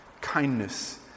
kindness